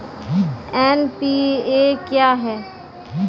NPA क्या हैं?